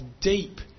deep